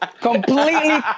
completely